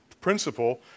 principle